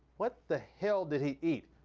what the hell did he eat?